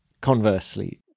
conversely